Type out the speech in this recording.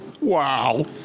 Wow